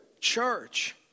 church